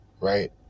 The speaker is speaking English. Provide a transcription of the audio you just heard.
right